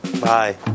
Bye